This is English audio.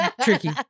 tricky